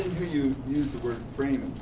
you use the word framed.